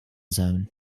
zone